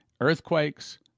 earthquakes